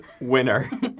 winner